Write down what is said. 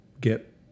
get